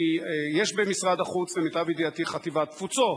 כי יש במשרד החוץ, למיטב ידיעתי, חטיבת תפוצות,